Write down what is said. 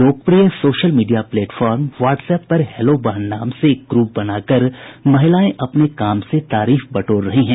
लोकप्रिय social media platform WhatsApp पर hello बहन नाम से एक ग्रुप बनाकर महिलाएं अपने काम से तारीफ बटोर रही हैं